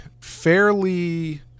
fairly